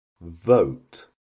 vote